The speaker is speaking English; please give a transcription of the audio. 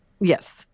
Yes